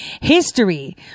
History